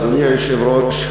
אדוני היושב-ראש,